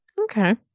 Okay